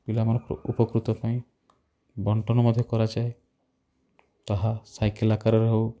ପିଲାମାନଙ୍କୁ ଉପକୃତ ପାଇଁ ବଣ୍ଟନ ମଧ୍ୟ କରାଯାଏ ତାହା ସାଇକେଲ୍ ଆକାରରେ ହେଉ